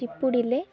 ଚିପୁଡ଼ିଲେ